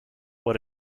what